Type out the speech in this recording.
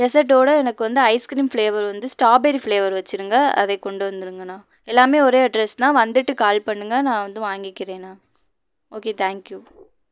டெசட்டோடு எனக்கு வந்து ice cream flavour வந்து ஸ்டாபெரி ஃப்ளேவர் வச்சிடுங்கள் அதை கொண்டு வந்துருங்கண்ணா எல்லாமே ஒரே அட்ரஸ்ணா வந்துட்டு கால் பண்ணுங்கள் நான் வந்து வாங்கிக்கிறேண்ணா ஓகே தேங்க்யூ